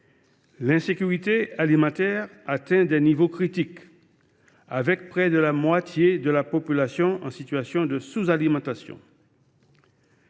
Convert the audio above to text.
L’insécurité alimentaire atteint des niveaux critiques, près de la moitié des Haïtiens vivant en situation de sous alimentation.